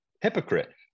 Hypocrite